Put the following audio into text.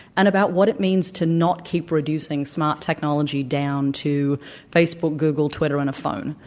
and about what it means to not keep reducing smart technology down to facebook, google, twitter, and a phone,